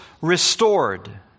restored